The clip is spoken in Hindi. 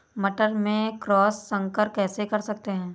मटर में क्रॉस संकर कैसे कर सकते हैं?